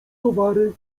towary